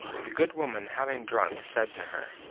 the good woman, having drunk, said to her